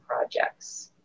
projects